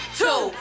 two